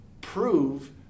prove